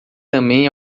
também